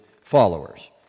followers